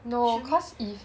should we